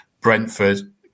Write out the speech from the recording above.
Brentford